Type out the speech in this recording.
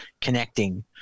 connecting